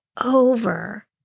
over